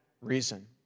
reason